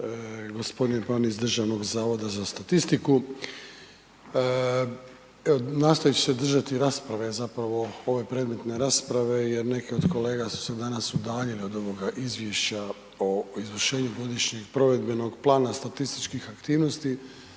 razumije./... iz Državnog zavoda za statistiku. Evo nastojat ću se držati rasprave, zapravo ove predmetne rasprave jer neke od kolega su se danas udaljili od ovoga Izvješća o izvršenju godišnjeg provedbenog plana statističkih aktivnosti